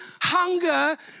hunger